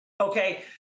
Okay